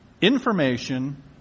Information